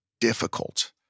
difficult